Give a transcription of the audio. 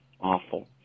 awful